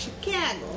Chicago